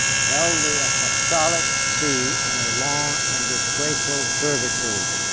held the apostolic see in a long and disgraceful servitude.